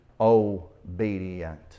obedient